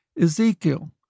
Ezekiel